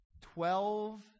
Twelve